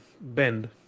Bend